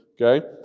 okay